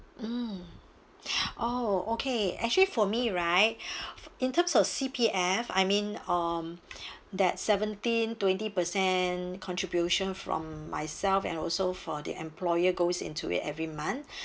mm oh okay actually for me right in terms of C_P_F I mean um that seventeen twenty percent contribution from myself and also for the employer goes into it every month